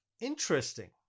Interesting